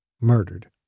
Murdered